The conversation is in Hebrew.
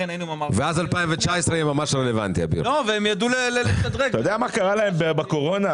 אתה יודע מה קרה להם בקורונה?